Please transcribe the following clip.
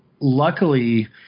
Luckily